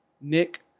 Nick